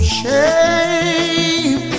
shame